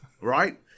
Right